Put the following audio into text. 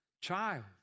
child